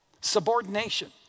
Subordination